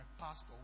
pastor